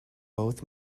both